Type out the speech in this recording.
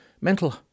mental